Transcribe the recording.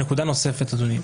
נקודה נוספת, אדוני.